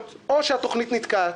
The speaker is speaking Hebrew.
זה מתוך היישוב של אושרת שיושבת כאן,